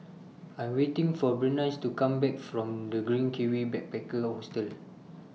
I Am waiting For Berenice to Come Back from The Green Kiwi Backpacker Hostel